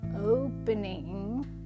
opening